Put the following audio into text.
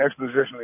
expositionally